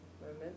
moment